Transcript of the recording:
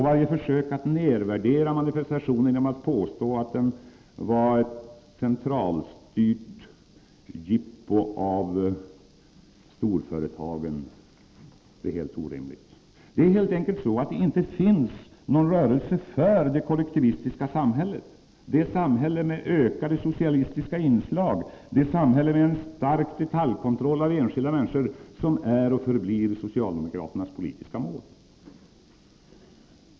Varje försök att nedvärdera manifestationen genom att påstå att den var ett centralstyrt jippo av storföretagen är helt orimligt. Det finns över huvud taget inte någon rörelse för det kollektivistiska samhället, det samhälle med ökade socialistiska inslag, det samhälle med en stark detaljkontroll av enskilda människor som är och förblir socialdemokratins politiska mål.